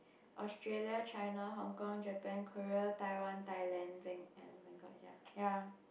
Australia China Hong Kong Japan Korea Taiwan Thailand Bang~ and Bangkok ya